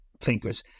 thinkers